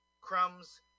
crumbs